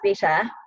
better